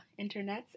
internets